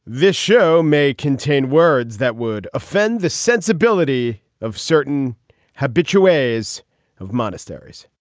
this show may contain words that would offend the sensibility of certain habitual ways of monasteries.